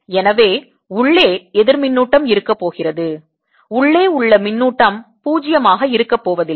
எனவே உள்ளே எதிர் மின்னூட்டம் இருக்க போகிறது உள்ளே உள்ள மின்னூட்டம் 0 ஆக இருக்க போவதில்லை